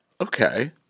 Okay